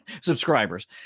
Subscribers